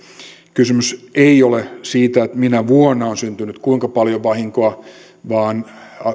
kysymys ei ole siitä minä vuonna on syntynyt kuinka paljon vahinkoa vaan